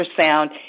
ultrasound